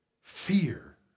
Fear